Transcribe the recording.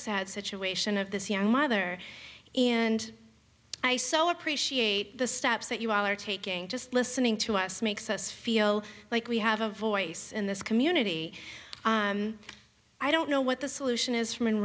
sad situation of this young mother and i so appreciate the steps that you all are taking just listening to us makes us feel like we have a voice in this community i don't know what the solution is f